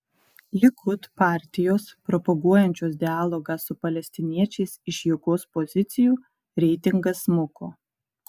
likud partijos propaguojančios dialogą su palestiniečiais iš jėgos pozicijų reitingas smuko